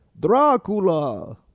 dracula